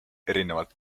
erinevalt